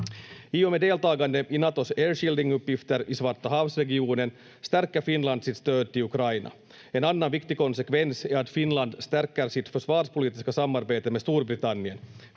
och med deltagandet i Natos Air Shielding-uppgifter i Svartahavsregionen stärker Finland sitt stöd till Ukraina. En annan viktig konsekvens är att Finland stärker sitt försvarspolitiska samarbete med Storbritannien.